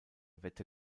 wette